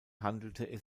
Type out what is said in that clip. handelte